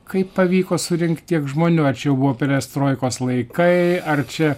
kaip pavyko surinkt tiek žmonių ar čia jau buvo perestroikos laikai ar čia